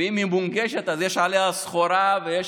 ואם היא מונגשת אז יש עליה סחורה ויש